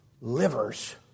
livers